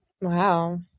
Wow